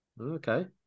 Okay